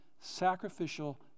sacrificial